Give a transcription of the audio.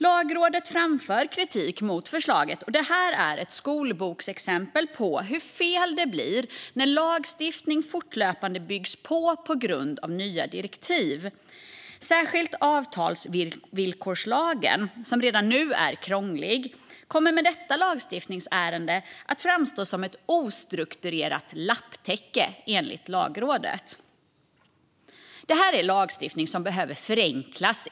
Lagrådet framför kritik mot förslaget, och detta är ett skolboksexempel på hur fel det blir när lagstiftning på grund av nya direktiv fortlöpande byggs på. Särskilt avtalsvillkorslagen, som redan nu är krånglig, kommer med detta lagstiftningsärende att framstå som ett ostrukturerat lapptäcke enligt Lagrådet. Detta är lagstiftning som behöver förenklas.